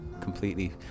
completely